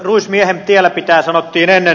ruis miehen tiellä pitää sanottiin ennen